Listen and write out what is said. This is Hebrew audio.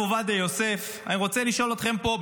עובדיה יוסף אני רוצה לשאול אתכם פה,